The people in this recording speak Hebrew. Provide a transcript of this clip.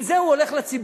עם זה הוא הולך לציבור,